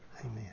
Amen